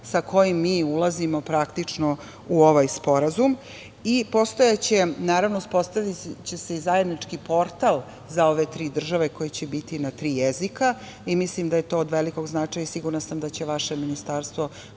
sa kojim mi ulazimo praktično u ovaj sporazum. Naravno, uspostaviće se i zajednički portal za ove tri države koje će biti na tri jezika. Mislim da je to od velikog značaja i sigurna sam da će vaše ministarstvo,